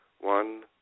One